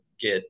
get